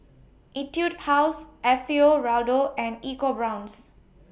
Etude House Alfio Raldo and Eco Brown's